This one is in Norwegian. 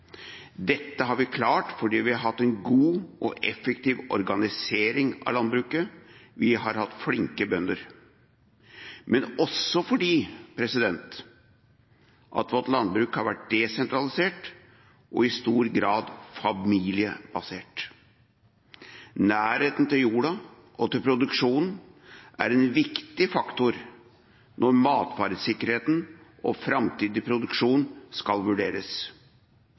Dette har vi klart fordi vi har hatt en god og effektiv organisering av landbruket, vi har hatt flinke bønder, men også fordi vårt landbruk har vært desentralisert og i stor grad familiebasert. Nærheten til jorda og til produksjonen er en viktig faktor når matvaresikkerheten og framtidig produksjon skal vurderes.